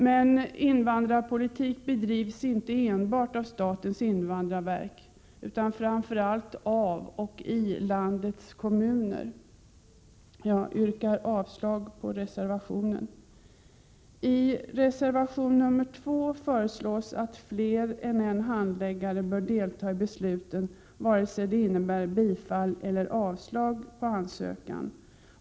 Men invandrarpolitik bedrivs inte enbart av statens invandrarverk utan framför allt av och i landets kommuner. Jag yrkar avslag på reservationen. I reservation 2 föreslås att fler än en handläggare bör delta i beslutet vare sig det innebär bifall eller avslag på en ansökan.